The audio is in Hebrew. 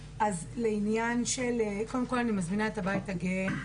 קודם כל אני מזמינה את הבית הגאה.